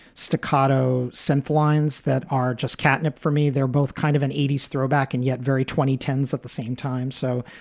staccato synth lines that are just catnip for me. they're both kind of an eighty s throwback and yet very twenty ten s at the same time. so,